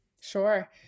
Sure